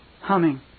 Humming